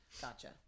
Gotcha